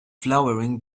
flowering